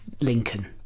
Lincoln